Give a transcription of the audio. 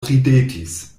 ridetis